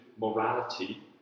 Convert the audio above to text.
morality